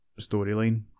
storyline